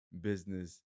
business